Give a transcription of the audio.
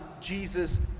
Jesus